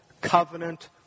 covenant